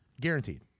Guaranteed